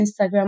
Instagram